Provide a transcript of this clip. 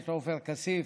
א.